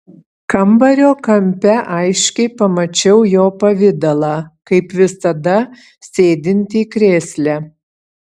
kambario kampe aiškiai pamačiau jo pavidalą kaip visada sėdintį krėsle